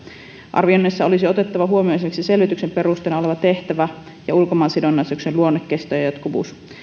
arvioinneissa olisi otettava huomioon esimerkiksi selvityksen perusteena oleva tehtävä ja ulkomaansidonnaisuuksien luonne kesto ja ja jatkuvuus